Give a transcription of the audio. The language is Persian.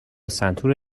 سنتور